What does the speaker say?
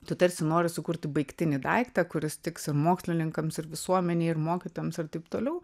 tu tarsi nori sukurti baigtinį daiktą kuris tiks ir mokslininkams ir visuomenei ir mokytojams ir taip toliau